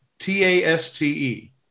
T-A-S-T-E